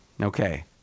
Okay